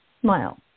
Smile